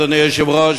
אדוני היושב-ראש,